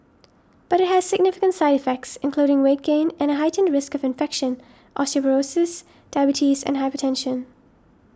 but it has significant side effects including weight gain and a heightened risk of infection osteoporosis diabetes and hypertension